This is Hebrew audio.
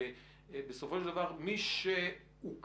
ובסופו של דבר מי שאוכן